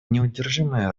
неудержимая